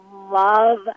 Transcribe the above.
love